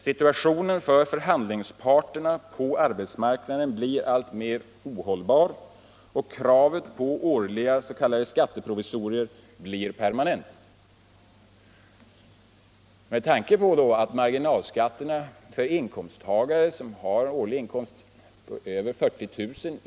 Situationen för förhandlingsparterna på arbetsmarknaden blir allt mer ohållbar och kravet på årliga ”skatteprovisorier” blir permanent.” Med tanke på att marginalskatterna för människor som har en årlig inkomst på över 40 000 kr.